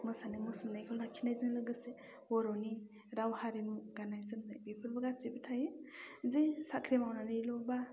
मोसानाय मुसुरनायखौ लाखिनायजों लोगोसे बर'नि राव हारिमु गाननाय जोमनाय बेफोरबो गासैबो थायो जे साख्रि मावनानैल' बा